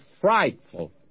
frightful